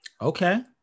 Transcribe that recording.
Okay